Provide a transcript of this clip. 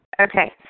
Okay